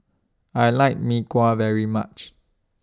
I like Mee Kuah very much